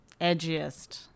Edgiest